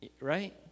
right